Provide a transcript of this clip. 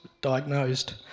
diagnosed